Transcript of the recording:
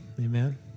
Amen